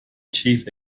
chief